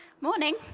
Morning